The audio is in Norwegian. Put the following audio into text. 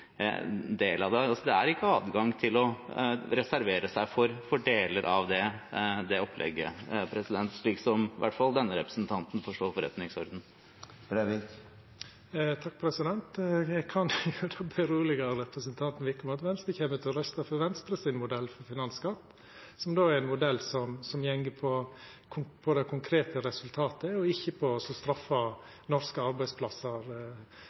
del? Det er ikke adgang til å reservere seg mot deler av det opplegget, i hvert fall slik som denne representanten forstår forretningsordenen. Eg kan roa representanten Wickholm med at Venstre kjem til å røysta for Venstre sin modell for finansskatt, som er ein modell som går på det konkrete resultatet, ikkje på å straffa norske arbeidsplassar,